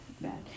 bad